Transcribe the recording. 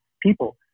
people